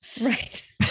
Right